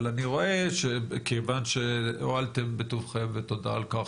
אבל אני רואה שכיוון שהואלתם בטובכם ותודה על כך,